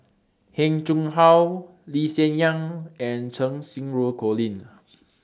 Heng Chee How Lee Hsien Yang and Cheng Xinru Colin